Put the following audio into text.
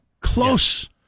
close